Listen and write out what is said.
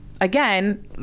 again